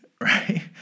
right